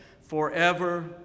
forever